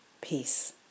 Peace